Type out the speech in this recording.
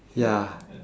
ya